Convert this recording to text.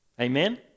Amen